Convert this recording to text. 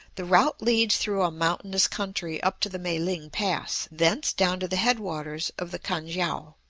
the route leads through a mountainous country up to the mae-ling pass, thence down to the head waters of the kan-kiang.